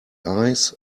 ice